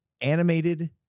animated